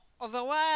otherwise